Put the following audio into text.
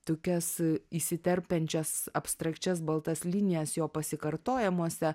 tokias įsiterpiančias abstrakčias baltas linijas jo pasikartojimuose